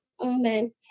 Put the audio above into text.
Amen